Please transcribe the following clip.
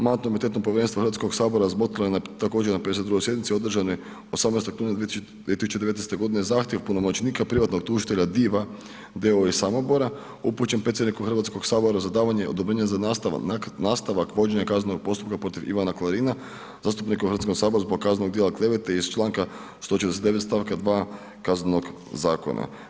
Mandatno-imunitetno povjerenstvo Hrvatskog sabora razmotrilo je također na 52. sjednici održanoj 18. rujna 2019. g. zahtjev punomoćnika privatnog tužitelja Div d.o.o. iz Samobora upućen predsjedniku Hrvatskog sabora za davanje odobrenja za nastavak vođenja kaznenog postupka protiv Ivana Klarina, zastupnika u Hrvatskom saboru zbog kaznenog djela klevete iz 149. stavka 2. Kaznenog zakona.